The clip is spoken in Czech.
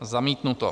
Zamítnuto.